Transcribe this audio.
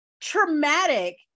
traumatic